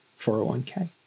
401k